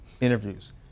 interviews